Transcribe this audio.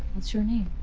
what's your name?